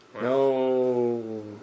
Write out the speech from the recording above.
No